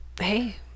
hey